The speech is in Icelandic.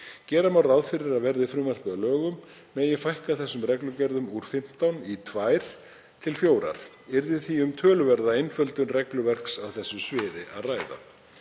Gera má ráð fyrir að verði frumvarpið að lögum megi fækka þessum reglugerðum úr 15 í tvær til fjórar. Yrði því um töluverða einföldun regluverks á þessu sviði að ræða.